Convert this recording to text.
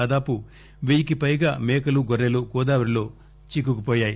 దాదాపు వెయ్యికి పైగా మేకలు గొర్రెలు గోదావరి లో చిక్కుకుపోయాయి